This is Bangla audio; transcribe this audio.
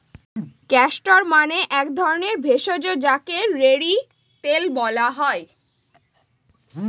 ক্যাস্টর মানে এক ধরণের ভেষজ যাকে রেড়ি তেল বলা হয়